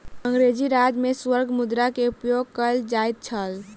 अंग्रेजी राज में स्वर्ण मुद्रा के उपयोग कयल जाइत छल